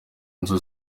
nzu